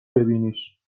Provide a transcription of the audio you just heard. ببینیش